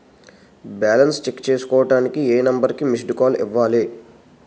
Balance check చేసుకోవటానికి ఏ number కి మిస్డ్ కాల్ ఇవ్వాలి?